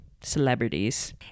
celebrities